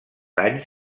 anys